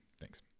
thanks